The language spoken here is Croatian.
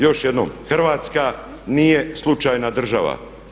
Još jednom, Hrvatska nije slučajna država.